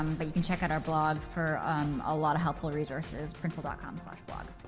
um but you can check out our blog for a lot of helpful resources printful dot com slash blog